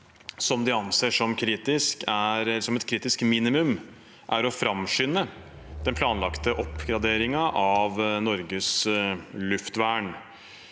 som de anser som et kritisk minimum, er å framskynde den planlagte oppgraderingen av Norges luftvern.